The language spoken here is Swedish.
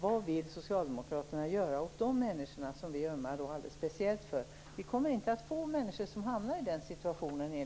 Vad vill Socialdemokraterna göra åt de människorna, som vi ömmar speciellt för? Enligt vårt förslag kommer vi inte att få människor som hamnar i den situationen.